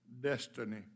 destiny